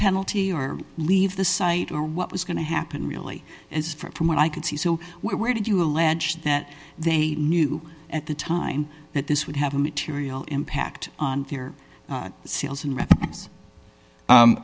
penalty or leave the site or what was going to happen really is from what i can see so where did you allege that they knew at the time that this would have a material impact on thier sales and